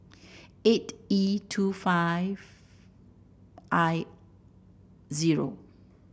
eight E two five I zero